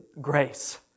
grace